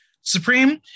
Supreme